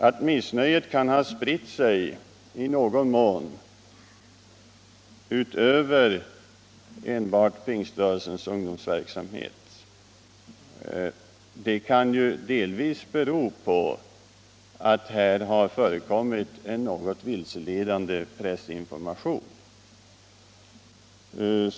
Att missnöjet i någon mån kan ha spritt sig utanför pingströrelsens ungdomsverksamhet kan väl delvis bero på att det har förekommit en något vilseledande pressinformation.